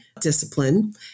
discipline